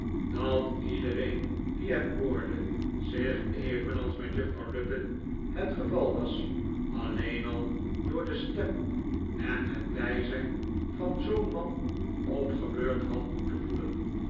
dat iedereen die hem hoorde zich evenals met juffrouw lupin het geval was alleen al door de stem en het bijzijn van zoo'n man opgebeurd had moeten voelen